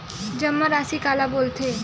जमा राशि काला बोलथे?